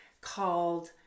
called